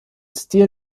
stil